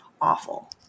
awful